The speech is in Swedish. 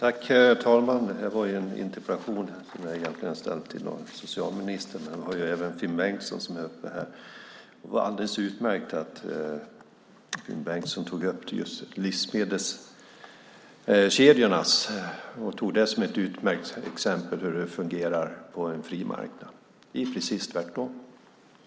Herr talman! Det här var en interpellation som jag egentligen ställde till socialministern. Men nu gick också Finn Bengtsson upp här. Det var alldeles utmärkt att Finn Bengtsson tog upp just livsmedelskedjorna som ett exempel på hur det fungerar på en fri marknad. Det är ju precis tvärtom.